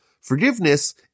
forgiveness